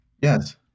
yes